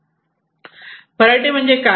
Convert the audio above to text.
variety म्हणजे काय